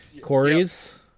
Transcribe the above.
Corey's